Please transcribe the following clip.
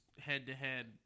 head-to-head